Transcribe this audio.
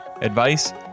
advice